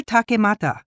Takemata